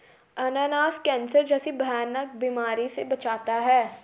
अनानास कैंसर जैसी भयानक बीमारी से बचाता है